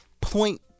point